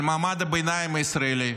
על מעמד הביניים הישראלי,